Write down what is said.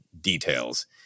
details